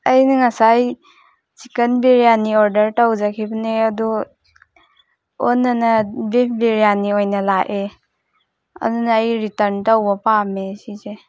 ꯑꯩꯅ ꯉꯁꯥꯏ chicken biryani order ꯇꯧꯖꯈꯤꯕꯅꯦ ꯑꯗꯣ ꯑꯣꯟꯅꯅ ꯕꯤꯐ ꯕꯤꯔꯌꯥꯅꯤ ꯑꯣꯏꯅ ꯂꯥꯛꯑꯦ ꯑꯗꯨꯅ ꯑꯩ ꯔꯤꯇꯔꯟ ꯇꯧꯕ ꯄꯥꯝꯃꯦ ꯁꯤꯁꯦ